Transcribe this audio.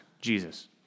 Jesus